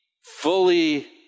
fully